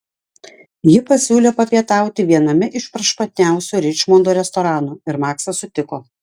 ji pasiūlė papietauti viename iš prašmatniausių ričmondo restoranų ir maksas sutiko